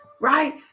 right